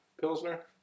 Pilsner